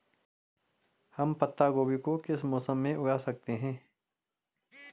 हम पत्ता गोभी को किस मौसम में उगा सकते हैं?